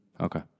Okay